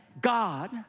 God